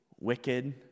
wicked